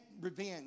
revenge